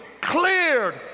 cleared